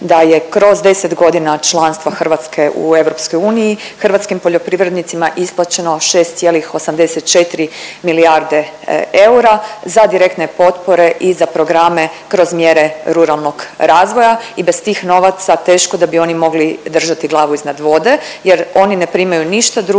da je kroz 10 godina članstva Hrvatske u EU hrvatskim poljoprivrednicima isplaćeno 6,84 milijarde eura za direktne potpore i za programe kroz mjere ruralnog razvoja i bez tih novaca teško da bi oni mogli držati glavu iznad vode jer oni ne primaju ništa drugo